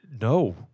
no